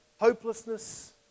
hopelessness